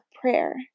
prayer